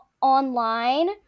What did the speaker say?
online